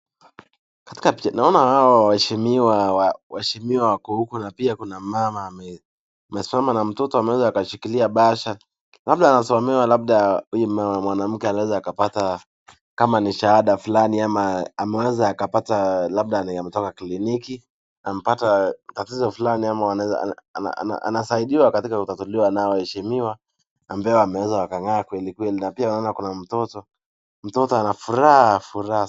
Katika picha naona hawa waheshimiwa. Waheshimiwa wako huku na pia kuna mama amesimama na mtoto ameweza akashikilia bahasha. Labda anasomewa, labda huyu mwanamke anaweza akapata kama ni shahada fulani, ama ameweza akapata labda ametoka kliniki, amepata tatizo fulani ama anasaidiwa katika kutatuliwa na hawa waheshimiwa ambao wameweza wakang'aa kweli kweli. Na pia naona kuna mtoto. Mtoto anafuraha, furaha.